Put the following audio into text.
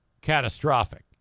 catastrophic